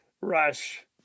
rush